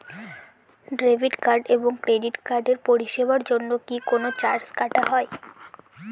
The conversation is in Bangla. ডেবিট কার্ড এবং ক্রেডিট কার্ডের পরিষেবার জন্য কি কোন চার্জ কাটা হয়?